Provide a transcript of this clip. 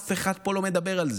אף אחד פה לא מדבר על זה.